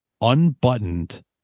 Unbuttoned